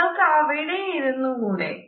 നിങ്ങൾക് അവിടെ ഇരുന്നു കൂടെ